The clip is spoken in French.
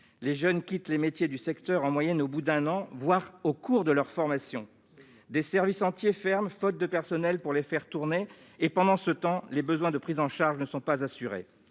Les jeunes quittent les métiers du secteur en moyenne au bout d'un an, voire au cours de leur formation. Des services entiers ferment, faute de personnel pour les faire tourner. Pendant ce temps, les besoins en termes de prise en charge des patients